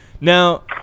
Now